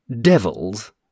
Devils